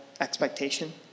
expectation